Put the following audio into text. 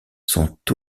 sont